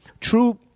True